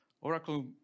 Oracle